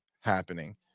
happening